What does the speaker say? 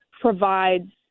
provides –